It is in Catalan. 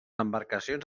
embarcacions